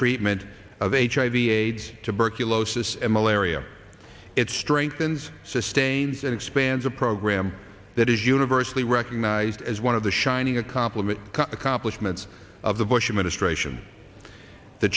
treatment of hiv aids tuberculosis and malaria it strengthens sustains and expands a program that is universally recognized as one of the shining a complement accomplishments of the bush administration the